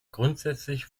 grundsätzlich